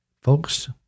Folks